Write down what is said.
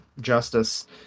justice